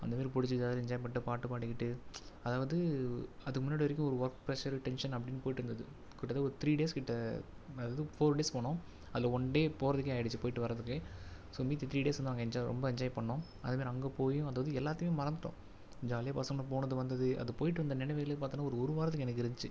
அந்தமாரி பிடிச்சி எல்லோரும் என்ஜாய் பண்ணிகிட்டு பாட்டு பாடிக்கிட்டு அதாவது அதுக்கு முன்னாடி வரைக்கும் ஒரு ஒர்க் ப்ரஷர் டென்ஷன் அப்படின்னு போயிட்டுருந்துது கிட்டத்தட்ட ஒரு த்ரீ டேஸ் கிட்டே அதாவது ஃபோர் டேஸ் போனோம் அதில் ஒன் டே போகிறதுக்கு ஆயிடுச்சு போயிட்டு வர்றதுக்கே ஸோ மீதி த்ரீ டேஸ் நாங்கள் என்ஜாய் ரொம்ப என்ஜாய் பண்ணோம் அதேமாரி அங்கே போயும் அதாவது எல்லாத்தையுமே மறந்துட்டோம் ஜாலியாக பசங்க போனது வந்தது அது போயிட்டு வந்த நினைவுகளே பார்த்தோன்னா ஒரு ஒரு வாரத்துக்கு எனக்கு இருந்துச்சு